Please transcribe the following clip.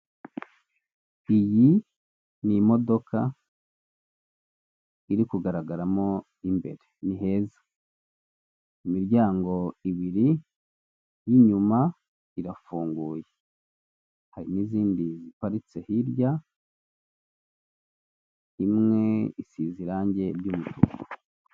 Iyi ni imodoka iri kugaragaramo imbere ni heza, imiryango ibiri y'inyuma irafunguye. Hari n'izindi ziparitse hirya, imwe isize irangi ry'umutuku.